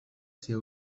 ser